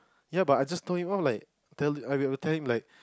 ya but I just told him oh like tell I will tell him like